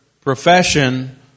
profession